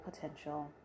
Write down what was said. potential